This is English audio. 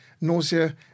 nausea